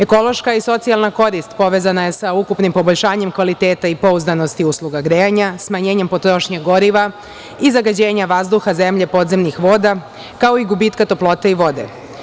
Ekološka i socijalna korist povezana je sa ukupnim poboljšanjem kvaliteta i pouzdanosti usluga grejanja, smanjenjem potrošnje goriva i zagađenja vazduha, zemlje, podzemnih voda, kao i gubitka toplote i vode.